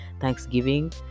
thanksgiving